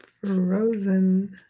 Frozen